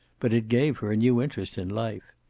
but it gave her a new interest in life.